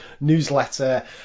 Newsletter